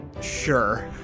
Sure